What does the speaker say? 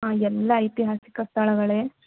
ಹಾಂ ಎಲ್ಲ ಇತಿಹಾಸಿಕ ಸ್ಥಳಗಳೇ